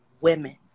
women